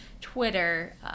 Twitter